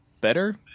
better